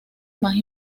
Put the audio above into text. más